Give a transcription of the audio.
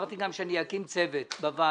אמרתי גם שאני אקים צוות בוועדה,